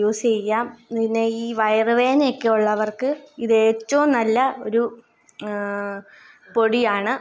use ചെയ്യാം പിന്നെ ഈ വയറു വേദനയൊക്കെ ഉള്ളവർക്ക് ഇത് ഏറ്റവും നല്ല ഒരു പൊടിയാണ്